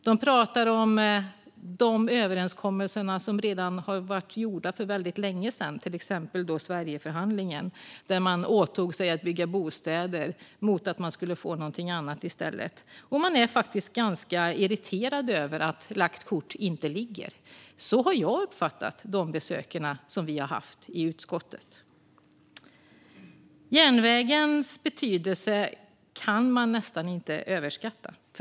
De talar om de överenskommelser som gjordes redan för väldigt länge sedan, till exempel Sverigeförhandlingen, där de åtog sig att bygga bostäder mot att få något annat i stället. De är faktiskt ganska irriterade över att lagt kort inte ligger; så har jag uppfattat de besök vi har haft i utskottet. Järnvägens betydelse kan man nästan inte överskatta.